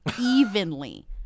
evenly